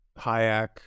Hayek